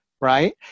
right